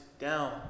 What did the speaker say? down